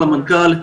למנכ"ל,